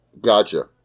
Gotcha